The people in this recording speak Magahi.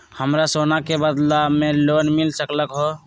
हमरा सोना के बदला में लोन मिल सकलक ह?